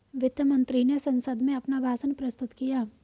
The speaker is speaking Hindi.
वित्त मंत्री ने संसद में अपना भाषण प्रस्तुत किया